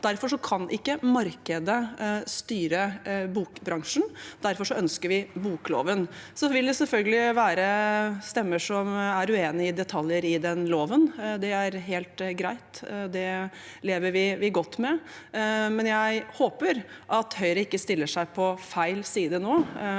Derfor kan ikke markedet styre bokbransjen. Derfor ønsker vi bokloven. Det vil selvfølgelig være stemmer som er uenig i detaljer i den loven. Det er helt greit, det lever vi godt med. Jeg håper at Høyre nå ikke stiller seg på feil side og